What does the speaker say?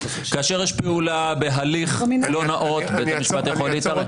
כאשר יש פעולה בהליך לא נאות בית המשפט יכול להתערב.